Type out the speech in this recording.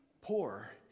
poor